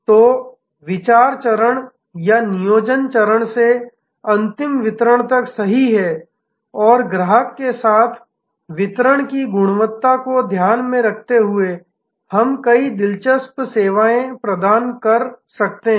तो विचार चरण या नियोजन चरण से अंतिम वितरण तक सही है और ग्राहक के साथ वितरण की गुणवत्ता को ध्यान में रखते हुए हम कई दिलचस्प सेवाएं प्रदान कर सकते हैं